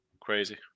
Crazy